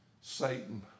Satan